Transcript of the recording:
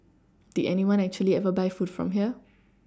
did anyone actually ever buy food from here